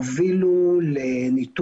קצת אספר לכם על הוועדה שלנו, הוועדה שלנו